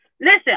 listen